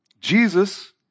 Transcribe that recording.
Jesus